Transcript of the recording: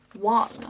one